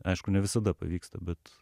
aišku ne visada pavyksta bet